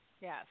Yes